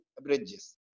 bridges